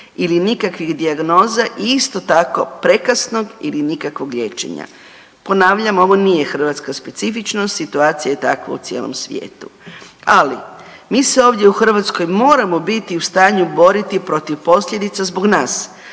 ili nikakvih dijagnoza i isto tako prekasnog ili nikakvog liječenja. Ponavljam, ovo nije hrvatska specifičnost situacija je takva u cijelom svijetu, ali mi se ovdje u Hrvatskoj moramo biti u stanju boriti protiv posljedica zbog nas,